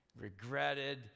regretted